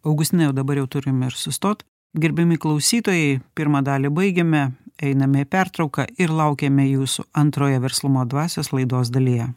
augustinai o dabar jau turim ir sustot gerbiami klausytojai pirmą dalį baigėme einame į pertrauką ir laukiame jūsų antroje verslumo dvasios laidos dalyje